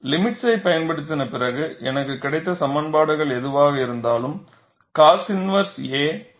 லிமிட்ஸை பயன்படுத்தின பிறகு எனக்கு கிடைத்த சமன்பாடு எதுவாக இருந்தாலும் cos inverse a a plus 𝛅 என எளிமைப்படுத்தப்படலாம்